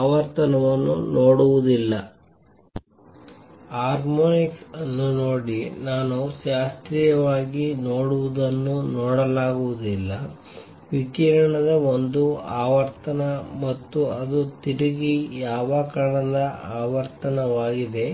ಆವರ್ತನವನ್ನು ನೋಡುವುದಿಲ್ಲ ಹಾರ್ಮೋನಿಕ್ಸ್ ಅನ್ನು ನೋಡಿ ನಾನು ಶಾಸ್ತ್ರೀಯವಾಗಿ ನೋಡುವುದನ್ನು ನೋಡಲಾಗುವುದಿಲ್ಲ ವಿಕಿರಣದ ಒಂದು ಆವರ್ತನ ಮತ್ತು ಅದು ತಿರುಗಿ ಯಾವ ಕಣದ ಆವರ್ತನವಾಗಿದೆ